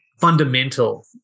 fundamental